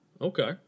Okay